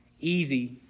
easy